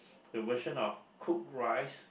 the version of cooked rice